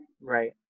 Right